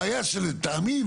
הבעיה האי שלטעמי,